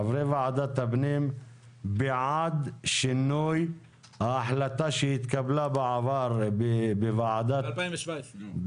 חברי ועדת הפנים בעד שינוי ההחלטה שהתקבלה בוועדת הפנים ב-2017?